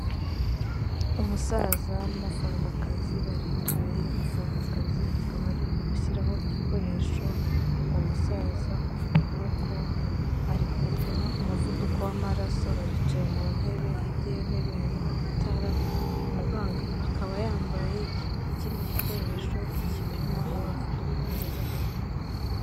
Umusaza n'umuforomokazi baricaye, umuforomokazi akaba ari gushyiraho igikoresho uwo musaza ku kuboko, ari kumupima umuvuduko w'amaraso, baricaye mu ntebe, hirya y'intebe hariho itara, umuganga akaba yambaye ikindi gikoresho kipima umuvuduko mu ijosi.